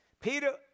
Peter